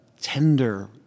tender